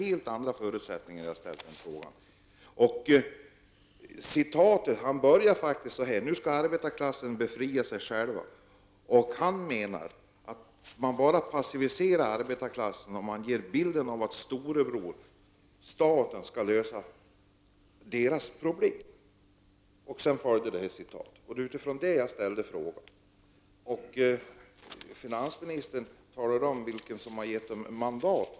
Klas Eklund började faktiskt så här: ”Nu skall arbetarklassen befria sig själv.” Eklund menar att man bara passiviserar arbetarklassen om man målar upp bilden av att storebror, staten, skall lösa arbetarklassens problem. Därpå följde detta citat, och det var med den utgångspunkten jag ställde frågan. Finansministern berättade vilka som givit regeringen mandat.